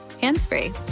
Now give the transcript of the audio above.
hands-free